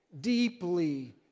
Deeply